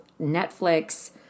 Netflix